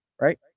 right